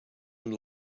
and